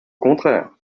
contraire